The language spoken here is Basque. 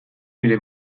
nire